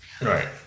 Right